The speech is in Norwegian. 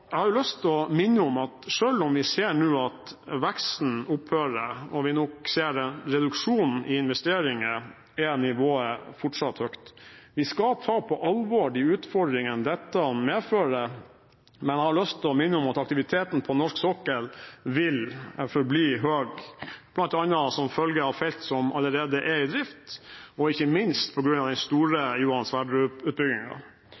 Jeg har lyst til å minne om at selv om vi nå ser at veksten opphører, og vi nok ser en reduksjon i investeringer, er nivået fortsatt høyt. Vi skal ta på alvor de utfordringene dette medfører, men jeg har lyst til å minne om at aktiviteten på norsk sokkel vil forbli høy, bl.a. som følge av felt som allerede er i drift, og ikke minst på grunn av den store